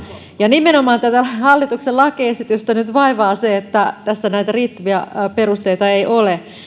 ja nimenomaan tätä hallituksen lakiesitystä vaivaa nyt se että tässä näitä riittäviä perusteita ei ole